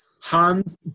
Hans